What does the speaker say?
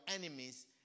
enemies